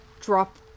drop